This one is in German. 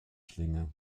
schlinge